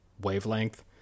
wavelength